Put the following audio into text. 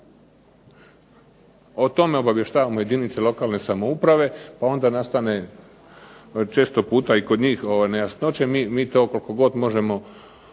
O tome obavještavamo jedinice lokalne samouprave pa onda nastane često puta i kod njih nejasnoće. Mi to koliko god možemo i